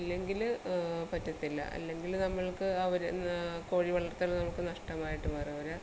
ഇല്ലെങ്കിൽ പറ്റത്തില്ല അല്ലെങ്കിൽ നമ്മൾക്ക് അവർ കോഴി വളർത്തൽ നമുക്ക് നഷ്ടമായിട്ട് മാറും അവർ